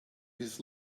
his